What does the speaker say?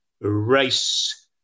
race –